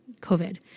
COVID